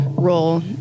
Role